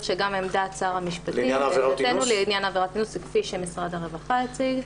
עמדת שר המשפטים לעניין עבירת אינוס היא כפי שמשרד הרווחה הציג.